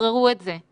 שחררו את זה;